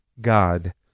God